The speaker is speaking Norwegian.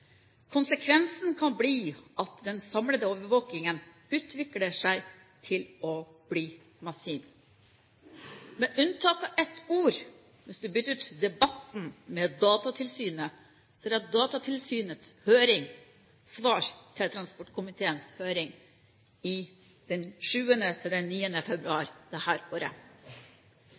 Konsekvensen kan bli at den samlede overvåkningen utvikler seg til å bli massiv.» Med unntak av ett ord – hvis en bytter ut «debatten» med «Datatilsynet» – er dette Datatilsynets høringssvar til transportkomiteens høring 7.–9. februar i år. Man skulle kanskje tro at de applauderte det